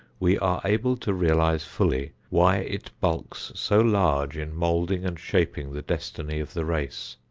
we are able to realize fully why it bulks so large in moulding and shaping the destiny of the race.